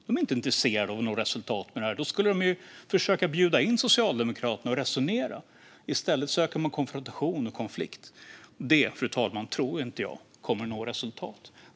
De är inte intresserade av att nå resultat, för då skulle de försöka bjuda in Socialdemokraterna för att resonera. I stället söker de konfrontation och konflikt. Så når man inte resultat.